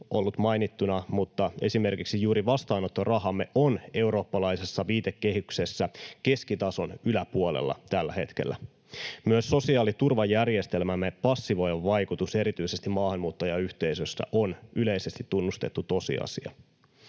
ollut mainittuna, mutta esimerkiksi juuri vastaanottorahamme on eurooppalaisessa viitekehyksessä keskitason yläpuolella tällä hetkellä. Myös sosiaaliturvajärjestelmämme passivoiva vaikutus erityisesti maahanmuuttajayhteisössä on yleisesti tunnustettu tosiasia.